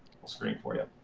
little screen for you.